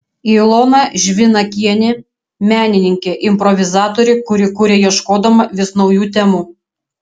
ilona žvinakienė menininkė improvizatorė kuri kuria ieškodama vis naujų temų